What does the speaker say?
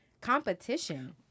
competition